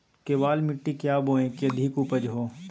केबाल मिट्टी क्या बोए की अधिक उपज हो?